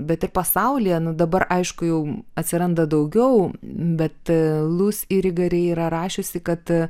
bet ir pasaulyje nu dabar aišku jau atsiranda daugiau bet lus igari yra rašiusi kad